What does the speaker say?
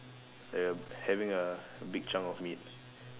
err having a big chunk of meat